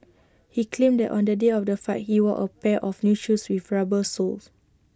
he claimed that on the day of the fight he wore A pair of new shoes with rubber soles